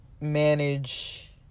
manage